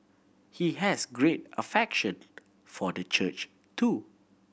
he has great affection for the church too